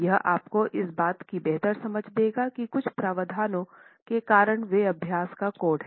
यह आपको इस बात की बेहतर समझ देगा कि कुछ प्रावधानों के कारण वे अभ्यास का कोड हैं